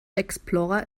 explorer